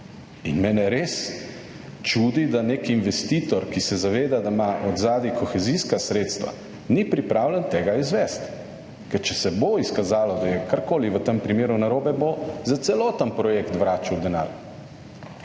Mene res čudi, da nek investitor, ki se zaveda, da ima od zadaj kohezijska sredstva, ni pripravljen tega izvesti, ker če se bo izkazalo, da je karkoli v tem primeru narobe, bo za celoten projekt vračal denar.